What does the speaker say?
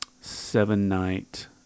seven-night